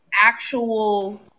actual